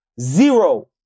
Zero